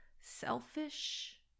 selfish